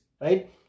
Right